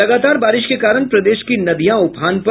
लगातार बारिश के कारण प्रदेश की नदियां उफान पर